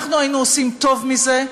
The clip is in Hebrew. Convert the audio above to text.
אנחנו היינו עושים טוב מזה.